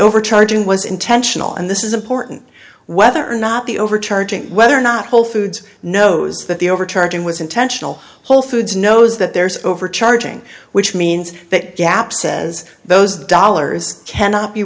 overcharging was intentional and this is important whether or not the overcharging whether or not whole foods knows that the overcharging was intentional wholefoods knows that there's overcharging which means that gap says those dollars cannot be